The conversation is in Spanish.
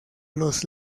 los